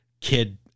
kid